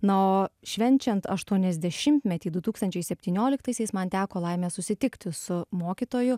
na o švenčiant aštuoniasdešimtmetį du tūkstančiai septynioliktaisiais man teko laimė susitikti su mokytoju